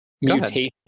mutation